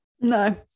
No